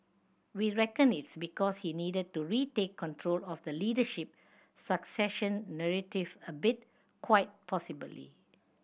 we reckon it's because he needed to retake control of the leadership succession narrative a bit quite possibly